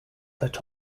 that